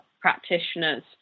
practitioners